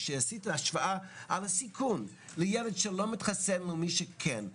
כשעשו את ההשוואה על הסיכון לילד שלא מתחסן ומי שכן.